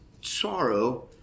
sorrow